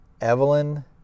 Evelyn